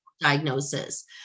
diagnosis